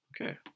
Okay